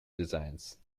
designs